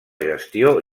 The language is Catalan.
gestió